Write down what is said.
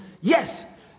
yes